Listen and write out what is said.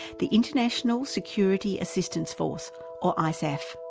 the international security assistance force or isaf.